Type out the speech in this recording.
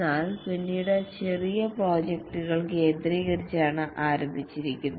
എന്നാൽ പിന്നീട് ഇത് ചെറിയ പ്രോജക്ടുകൾ കേന്ദ്രീകരിച്ചാണ് ആരംഭിച്ചത്